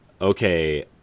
okay